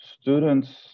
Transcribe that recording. students